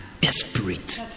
desperate